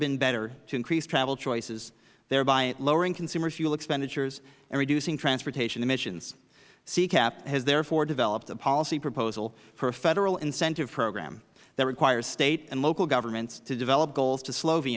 been better to increase travel choices thereby lowering consumer fuel expenditures and reducing transportation emissions ccap has therefore developed a policy proposal for a federal incentive program that requires state and local governments to develop goals to slow